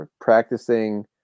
practicing